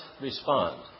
respond